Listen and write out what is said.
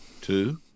Two